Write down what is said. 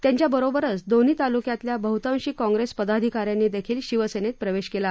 त्यांच्या बरोबरच दोन्ही तालुक्यातल्या बहुतांशी काँप्रेस पदाधिकाऱ्यांनीदेखील शिवसेनेत प्रवेश केला